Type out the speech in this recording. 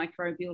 microbial